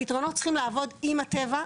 הפתרונות צריכים לעבוד עם הטבע,